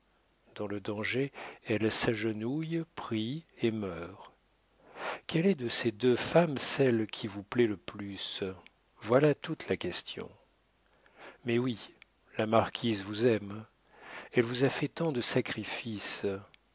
dans le danger elles s'agenouillent prient et meurent quelle est de ces deux femmes celle qui vous plaît le plus voilà toute la question mais oui la marquise vous aime elle vous a fait tant de sacrifices